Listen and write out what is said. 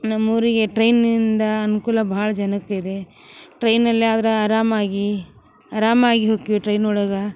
ನಮ್ಮೂರಿಗೆ ಟ್ರೈನಿಂದ ಅನುಕೂಲ ಭಾಳ ಜನಕ್ಕಿದೆ ಟ್ರೈನಲ್ಲಿ ಆದ್ರೆ ಅರಾಮಾಗಿ ಅರಾಮಾಗಿ ಹೊಕ್ಕಿವಿ ಟ್ರೈನ್ ಒಳಗೆ